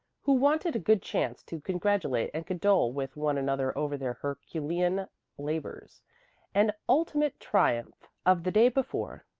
who wanted a good chance to congratulate and condole with one another over their herculean labors and ultimate triumph of the day before.